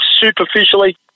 superficially